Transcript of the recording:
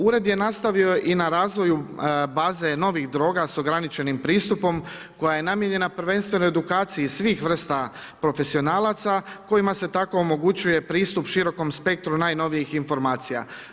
Ured je nastavio i na razvoju baze novih droga s ograničenim pristupom koja je namijenjena prvenstveno edukaciji svih vrsta profesionalaca kojima se tako omogućuje pristup širokom spektru najnovijih informacija.